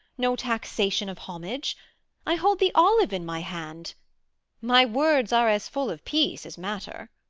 no taxation of homage i hold the olive in my hand my words are as full of peace as matter.